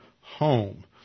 home